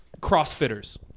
Crossfitters